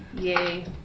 Yay